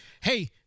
Hey